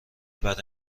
برا